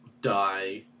die